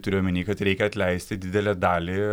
turiu omeny kad reikia atleisti didelę dalį